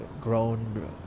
grown